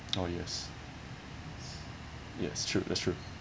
oh yes yes true that's true